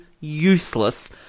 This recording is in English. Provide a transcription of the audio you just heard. useless